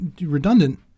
redundant